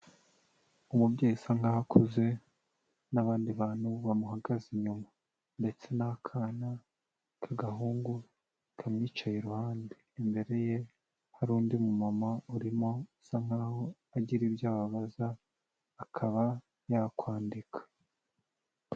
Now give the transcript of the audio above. Umubyeyi usa nkaho akuze n'abandi bantu bamuhagaze inyuma ndetse n'akana k'agahungu kamwicaye iruhande, imbere ye hari undi mumama urimo usa nkaho agira ibyo ababaza akaba yakwandika.